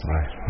Right